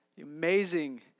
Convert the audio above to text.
amazing